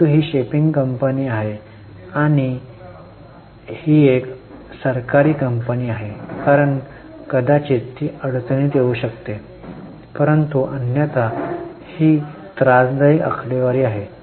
परंतु ही shipping company आहे आणि ही एक सरकारी कंपनी आहे कारण कदाचित ती अडचणीत येऊ नये परंतु अन्यथा ही त्रासदायक आकडेवारी आहेत